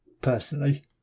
personally